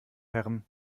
herren